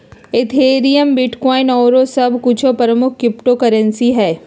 Ethereum, bitcoin आउरो सभ कुछो प्रमुख क्रिप्टो करेंसी हइ